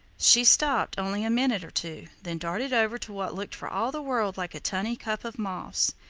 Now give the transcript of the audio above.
she stopped only a minute or two, then darted over to what looked for all the world like a tiny cup of moss.